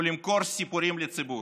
ולמכור סיפורים לציבור.